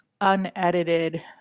unedited